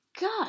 God